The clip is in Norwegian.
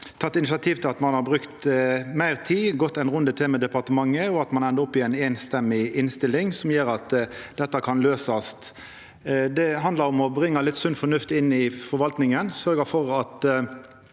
har teke initiativ til at ein har brukt meir tid, gått ein runde til med departementet, og at ein endar opp i ei einstemmig innstilling som gjer at dette kan løysast. Det handlar om å bringa litt sunn fornuft inn i forvaltinga og sørgja for at